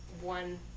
one